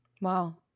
Wow